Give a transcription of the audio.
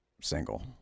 single